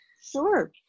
Sure